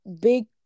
big